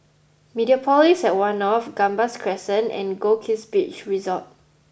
Mediapolis at One North Gambas Crescent and Goldkist Beach Resort